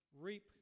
Reap